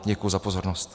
Děkuji za pozornost.